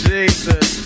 Jesus